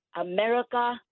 america